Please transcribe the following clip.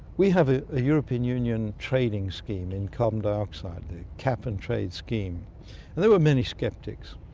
we have ah a european union trading scheme in carbon dioxide, a cap and trade scheme, and there were many sceptics.